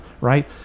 right